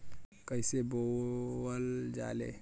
कईसे बोवल जाले?